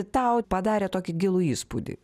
tau padarė tokį gilų įspūdį